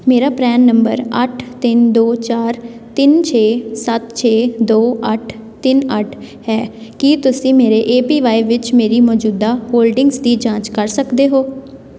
ਮੇਰਾ PRAN number ਅੱਠ ਤਿੰਨ ਦੋ ਚਾਰ ਤਿੰਨ ਛੇ ਸੱਤ ਛੇ ਦੋ ਅੱਠ ਤਿੰਨ ਅੱਠ ਹੈ ਕੀ ਤੁਸੀਂ ਮੇਰੇ ਏ ਪੀ ਵਾਈ ਵਿੱਚ ਮੇਰੀ ਮੌਜੂਦਾ ਹੋਲਡਿੰਗਜ਼ ਦੀ ਜਾਂਚ ਕਰ ਸਕਦੇ ਹੋ